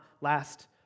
last